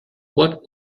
what